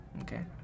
Okay